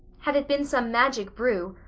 had it been some magic brew,